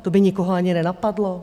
To by nikoho ani nenapadlo.